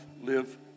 live